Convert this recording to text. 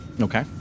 Okay